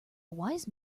wise